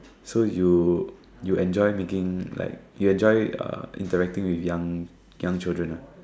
so you you enjoy making like you enjoy uh interacting with young young children ah